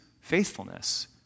faithfulness